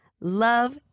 Love